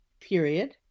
period